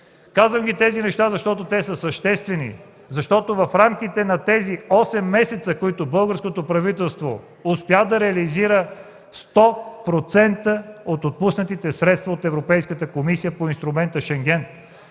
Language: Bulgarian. Казвам ги тези неща, защото те са съществени, защото в рамките на тези осем месеца българското правителство успя да реализира 100% от отпуснатите средства от Европейската комисия по инструмента „Шенген”.